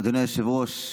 אדוני היושב-ראש,